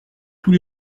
tous